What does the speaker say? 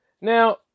Now